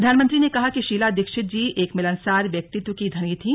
प्रधानमंत्री ने कहा कि शीला दीक्षित जी एक मिलनसार व्यक्तित्व की धनी थी